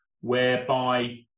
whereby